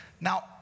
Now